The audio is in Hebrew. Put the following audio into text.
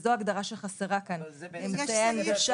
וזו ההגדרה שחסרה כאן אמצעי הנגשה,